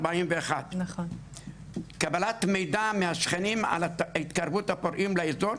41. קבלת מידע מהשכנים על התקרבות הפורעים לאזור,